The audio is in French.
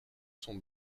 sont